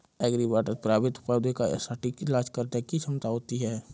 agribots में प्रभावित पौधे का सटीक इलाज करने की क्षमता होती है